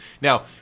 Now